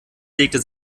legte